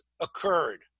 occurred